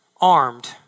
armed